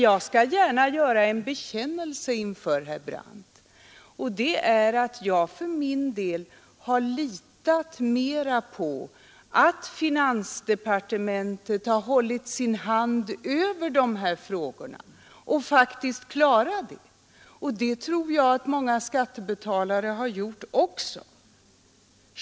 Jag skall gärna göra en bekännelse inför herr Brandt: Jag har för min del litat mera på att finansdepartementet har hållit sin hand över de här frågorna och faktiskt klarat den uppgiften, och det tror jag att även många skattebetalare har gjort.